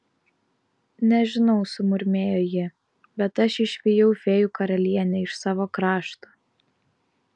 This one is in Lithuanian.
nežinau sumurmėjo ji bet aš išvijau fėjų karalienę iš savo krašto